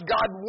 God